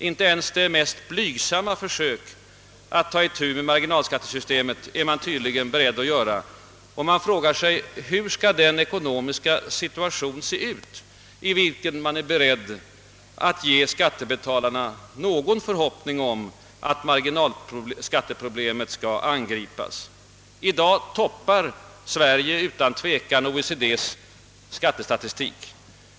Inte ens det mest blygsamma försök att ta itu med marginalskattesystemet är regeringen tydligen beredd att göra. Hur skall den ekonomiska situation se ut, i vilken man är beredd att ge skattebetalarna någon förhoppning om att marginalskatteproblemet skall angripas? I dag toppar Sverige utan tvivel OECD:s skattestatistik.